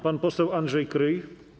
Pan poseł Andrzej Kryj.